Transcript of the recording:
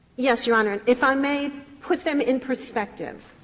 yes, your honor. and if i may put them in perspective.